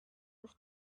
was